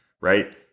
right